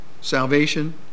Salvation